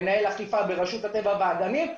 מנהל אכיפה ברשות הטבע והגנים,